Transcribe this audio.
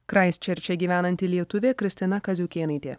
kraiščerče gyvenanti lietuvė kristina kaziukėnaitė